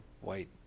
white